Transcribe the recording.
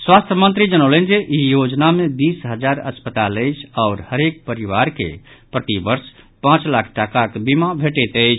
स्वास्थ्य मंत्री जनौलनि जे ई योजना मे बीस हजार अस्पताल अछि आओर हरेक परिवार के प्रतिवर्ष पांच लाख टाकाक बीमा भेटैत अछि